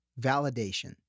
Validation